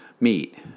meet